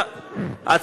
כמה זמן?